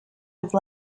have